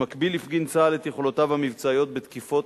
במקביל הפגין צה"ל את יכולותיו המבצעיות בתקיפות